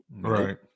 Right